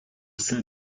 sein